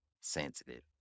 sensitive